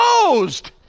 closed